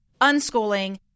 unschooling